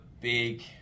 big